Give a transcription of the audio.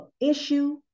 issue